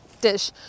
dish